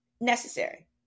necessary